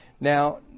Now